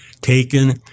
taken